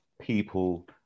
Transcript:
people